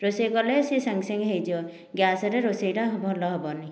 ରୋଷେଇ କଲେ ସିଏ ସାଙ୍ଗେ ସାଙ୍ଗେ ହୋଇଯିବ ଗ୍ୟାସରେ ରୋଷେଇଟା ଭଲ ହେବନି